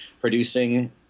producing